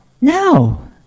No